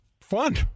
fun